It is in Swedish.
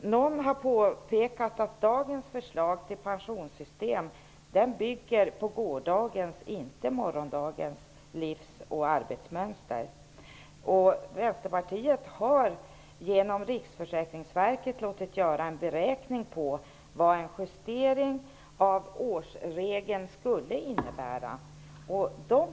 Någon har påpekat att dagens förslag till pensionssystem bygger på gårdagens -- inte på morgondagens -- livs och arbetsmönster. Vänsterpartiet har genom Riksförsäkringsverket låtit göra en beräkning av vad en justering av årsregeln skulle innebära.